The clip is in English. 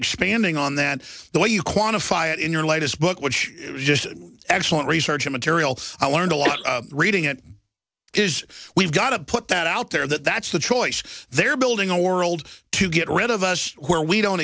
expanding on that the way you quantify it in your latest book which is just excellent research material i learned a lot reading it is we've got to put that out there that that's the choice they're building a world to get rid of us where we don't